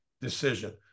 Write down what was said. decision